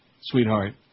sweetheart